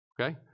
Okay